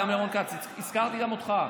רון כץ, הזכרתי גם אותך.